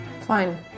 Fine